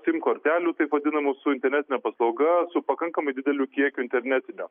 sim kortelių taip vadinamu su internetine paslauga su pakankamai dideliu kiekiu internetinio